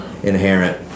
inherent